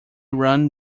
ran